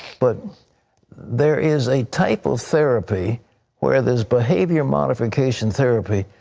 but there is a type of therapy where there is behavior modification therapy.